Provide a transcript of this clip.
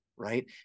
right